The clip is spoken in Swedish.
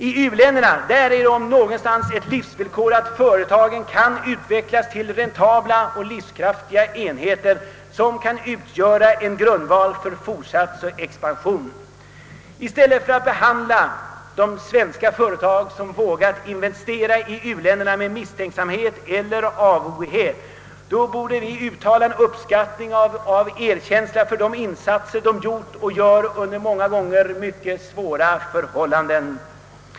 I u-länderna är det om någonstans ett livsvillkor att företagen kan utvecklas till räntabla och livskraftiga enheter som kan utgöra en grundval för fortsatt expansion. I stället för att behandla de svenska företag som vågat investera i u-länderna med misstänksamhet eller avoghet, borde vi visa uppskattning och erkänsla för de insatser de gjort och gör, ofta många gånger under mycket svåra yttre förhållanden.